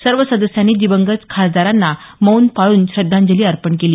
सर्व सदस्यांनी दिवंगत खासदारांना मौन पाळून श्रद्धांजली अर्पण केली